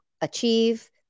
achieve